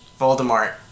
Voldemort